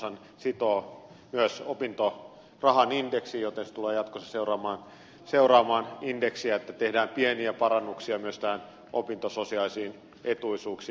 hallitushan sitoo myös opintorahan indeksiin joten se tulee jatkossa seuraamaan indeksiä että tehdään pieniä parannuksia myös näihin opintososiaalisiin etuisuuksiin